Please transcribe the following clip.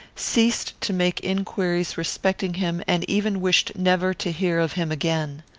ceased to make inquiries respecting him, and even wished never to hear of him again.